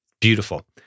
Beautiful